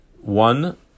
one